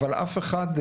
אבל אף אחד,